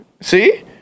See